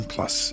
Plus